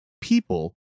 people